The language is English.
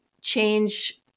change